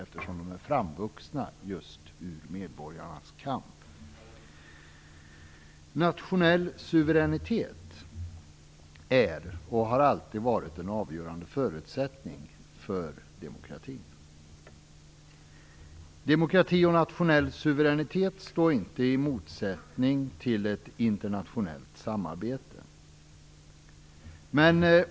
De är ju framvuxna just ur medborgarnas kamp. Nationell suveränitet är, och har alltid varit, en avgörande förutsättning för demokratin. Demokrati och nationell suveränitet står inte i motsättning till ett internationellt samarbete.